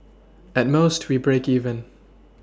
at most we break even